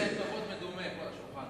חבר הכנסת שנלר, זה כבוד מדומה, כל השולחן הזה.